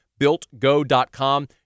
BuiltGo.com